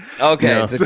okay